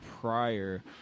prior